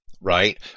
right